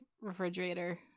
refrigerator